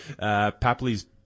Papley's